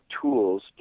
tools